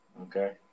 Okay